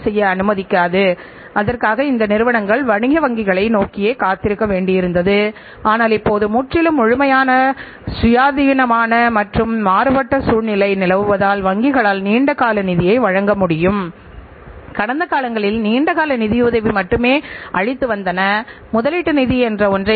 நீங்கள் சுழற்சியின் நேரத்தை கட்டுப்பாட்டுக்குள் வைத்திருக்க வேண்டும் எடுத்துக்காட்டாக நம் இயக்க சுழற்சி பொதுவாக 10 நாட்கள் மற்றும் இயக்க சுழற்சியை எவ்வாறு தீர்மானிக்க முடியும் என்பது கீழே கொடுக்கப்பட்டுள்ள படமாக இயக்க சுழற்சி அமையும்